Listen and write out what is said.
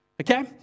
okay